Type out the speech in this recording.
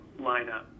lineup